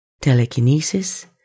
telekinesis